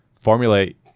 formulate